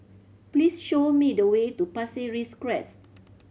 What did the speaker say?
please show me the way to Pasir Ris Crest